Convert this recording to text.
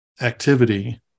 activity